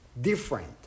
different